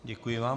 Děkuji vám.